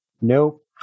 Nope